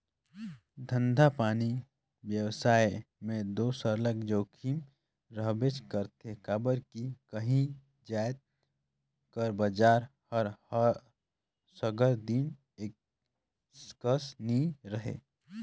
धंधापानी बेवसाय में दो सरलग जोखिम रहबेच करथे काबर कि काही जाएत कर बजार हर सगर दिन एके कस नी रहें